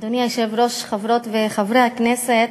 אדוני היושב-ראש, חברות וחברי הכנסת,